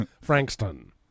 Frankston